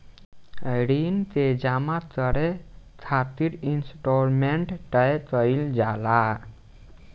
ऋण के जामा करे खातिर इंस्टॉलमेंट तय कईल जाला